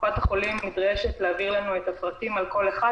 קופת-החולים נדרשת להעביר לנו את הפרטים על כל אחד,